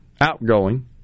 outgoing